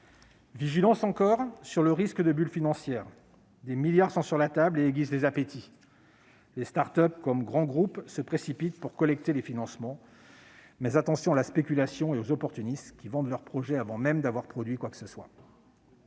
vigilants également sur le risque de bulle financière. Des milliards d'euros sont sur la table et ils aiguisent les appétits ; et grands groupes se précipitent pour collecter les financements publics. Attention donc à la spéculation et aux opportunistes, qui vendent leur projet avant même d'avoir produit quoi que ce soit